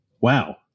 Wow